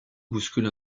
bouscule